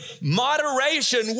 moderation